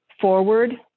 forward